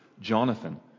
Jonathan